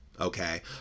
okay